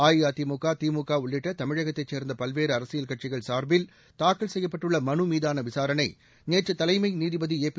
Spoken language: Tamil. அஇஅதிமுக திமுக உள்ளிட்ட தமிழகத்தைச் சேர்ந்த பல்வேறு அரசியல் கட்சிகள் சார்பில் தாக்கல் செய்யப்பட்டுள்ள மனுமீதான விசாரணை நேற்று தலைமை நீதிபதி ஏபி